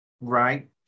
right